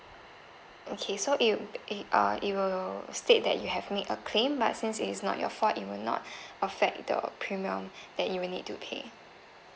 okay so it'll it uh it will state that you have made a claim but since it's not your fault it will not affect the premium that you will need to pay